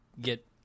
get